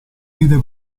vide